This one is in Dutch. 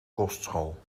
kostschool